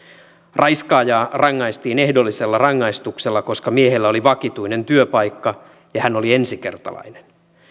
raiskaajaa rangaistiin ehdollisella rangaistuksella koska miehellä oli vakituinen työpaikka ja hän oli ensikertalainen